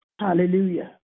Hallelujah